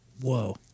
Whoa